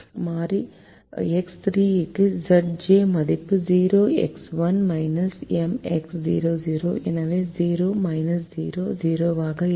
மாறி X3 க்கு Zj மதிப்பு 0 x 1 M x 0 0 எனவே 0 0 0 ஆக இருக்கும்